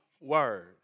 word